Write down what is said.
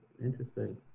Interesting